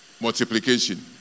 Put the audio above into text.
multiplication